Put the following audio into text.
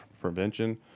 prevention